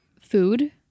food